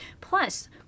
Plus